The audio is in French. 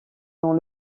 dans